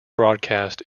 broadcast